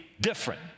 different